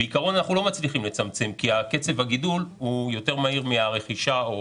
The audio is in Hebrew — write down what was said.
בעיקרון אנחנו לא מצליחים לצמצם כי קצב הגידול הוא יותר מהיר מהרכישה.